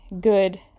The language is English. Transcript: good